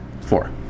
four